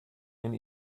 and